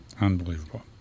Unbelievable